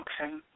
Okay